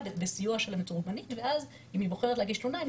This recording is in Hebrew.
בסיוע של המתורגמנית ואם היא בוחרת להגיש תלונה אז